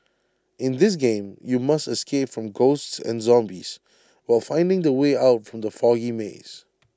in this game you must escape from ghosts and zombies while finding the way out from the foggy maze